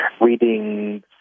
reading